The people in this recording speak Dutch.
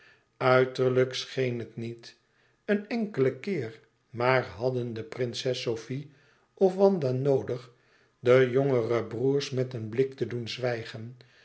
uiterlijk scheen het niet een enkelen keer maar hadden prinses sofie of wanda noodig de jongere broêrs met een blik te doen zwijgen